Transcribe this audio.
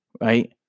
right